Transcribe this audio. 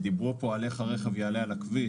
דיברו פה איך הרכב יעלה על הכביש,